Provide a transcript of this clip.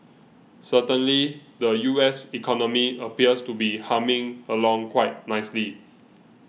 certainly the U S economy appears to be humming along quite nicely